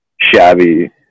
shabby